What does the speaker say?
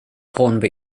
hornby